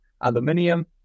aluminium